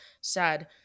sad